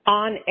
on